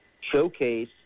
showcase